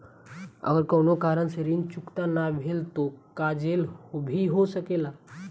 अगर कौनो कारण से ऋण चुकता न भेल तो का जेल भी हो सकेला?